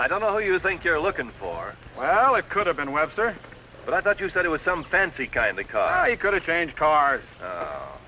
i don't know you think you're lookin for well it could have been webster but i thought you said it was some fancy guy in the car you got to change cars